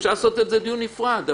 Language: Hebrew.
אפשר לעשות על זה דיון נפרד,